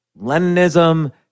Leninism